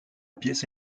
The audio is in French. pièce